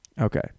Okay